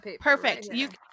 Perfect